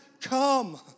come